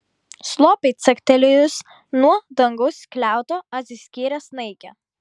slopiai caktelėjus nuo dangaus skliauto atsiskyrė snaigė